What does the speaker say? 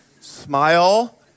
Smile